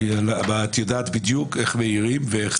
את יודעת בדיוק איך מעירים.